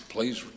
Please